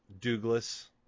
Douglas